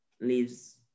Leaves